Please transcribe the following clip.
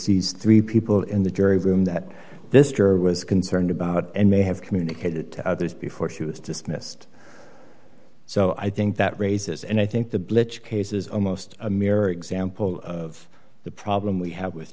seize three people in the jury room that this juror was concerned about and may have communicated to others before she was dismissed so i think that raises and i think the blitz cases almost a mirror example of the problem we have with